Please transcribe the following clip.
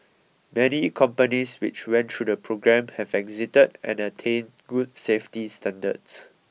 many companies which went through the programme have exited and attained good safety standards